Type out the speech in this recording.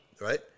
right